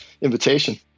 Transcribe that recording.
invitation